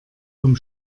vom